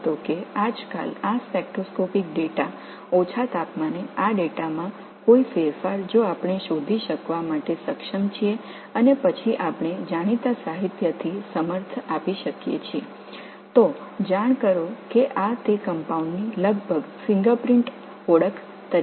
இப்போதெல்லாம் இந்த ஸ்பெக்ட்ரோஸ்கோபிக் தரவு குறைந்த வெப்பநிலையில் இந்த தரவின் ஏதாவது மாற்றம் எங்களால் கண்டுபிடிக்க முடிந்தால் அறியப்பட்ட இலக்கியங்களுடன் நாம் உறுதிப்படுத்த முடிந்தால் இது அந்த சேர்மங்களின் கைரேகை அடையாளமாக கருதப்படுகிறது